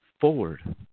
forward